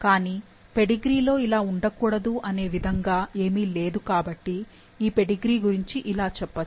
కానీ పెడిగ్రీ లో ఇలా ఉండకూడదు అనే విధంగా ఏమీ లేదు కాబట్టి ఈ పెడిగ్రీ గురించి ఇలా చెప్పొచ్చు